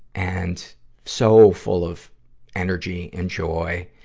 and so full of energy and joy.